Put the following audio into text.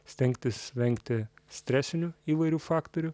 stengtis vengti stresinių įvairių faktorių